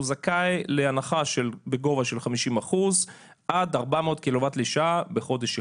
הוא זכאי להנחה בגובה של 50% עד 400 קילו וואט לשעה בחודש אחד.